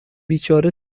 چاره